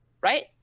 right